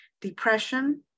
depression